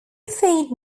feed